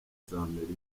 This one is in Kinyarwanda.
z’amerika